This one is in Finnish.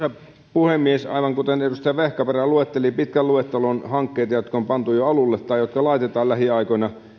puhemies aivan kuten edustaja vehkaperä luetteli pitkän luettelon hankkeita jotka on pantu jo alulle tai jotka laitetaan lähiaikoina